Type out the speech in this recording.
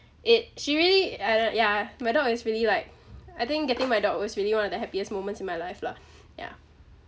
it she really ya ya my dog is really like I think getting my dog was really one of the happiest moments in my life lah yeah